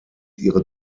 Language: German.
ihre